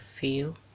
feel